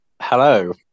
Hello